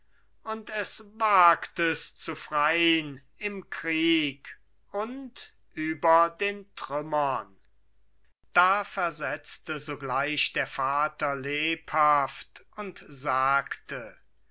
und es wagtest zu frein im krieg und über den trümmern da versetzte sogleich der vater lebhaft und sagte